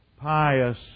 pious